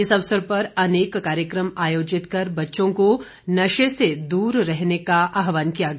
इस अवसर पर अनेक कार्यक्रम आयोजित कर बच्चों को नशे से दूर रहने का आह्वान किया गया